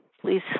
please